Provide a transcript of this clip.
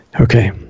Okay